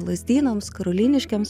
lazdynams karoliniškėms